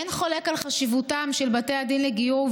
אין חולק על חשיבותם של בתי הדין לגיור,